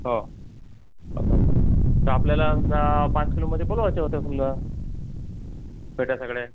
हो असं असं तर आपल्याला पाच किलोमध्ये बोलवायचे होते समजा पेट्या सगळ्या